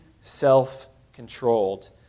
self-controlled